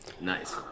Nice